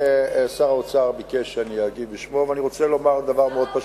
שר האוצר ביקש שאני אגיב בשמו ואני רוצה לומר דבר מאוד פשוט,